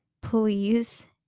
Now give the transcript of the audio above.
please